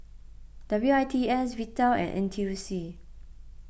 W I T S Vital and N T U C